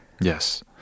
Yes